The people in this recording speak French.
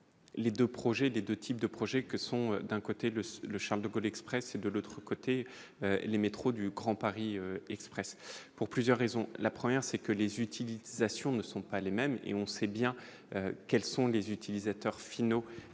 2 types de projets que sont d'un côté le le Charles-de-Gaulle Express et de l'autre côté les métro du Grand Paris Express pour plusieurs raisons : la première, c'est que les utilisations ne sont pas les mêmes et on sait bien quelles sont les utilisateurs finaux